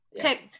Okay